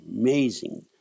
amazing